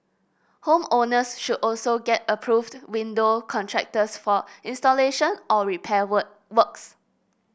home owners should also get approved window contractors for installation or repair work works